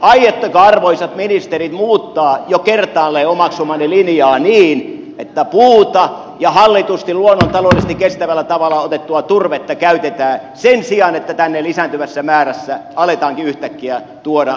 aiotteko arvoisat ministerit muuttaa jo kertaalleen omaksumaanne linjaa niin että puuta ja hallitusti luonnontaloudellisesti kestävällä tavalla otettua turvetta käytetään sen sijaan että tänne lisääntyvässä määrässä aletaankin yhtäkkiä tuoda kivihiiltä